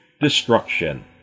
destruction